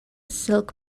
silk